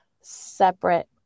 separate